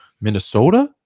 Minnesota